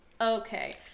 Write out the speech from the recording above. okay